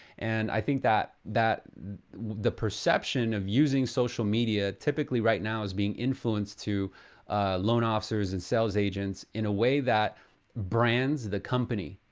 and i think that that the perception of using using social media, typically right now, is being influenced to loan officers and sales agents in a way that brands the company.